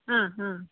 ಹಾಂ ಹಾಂ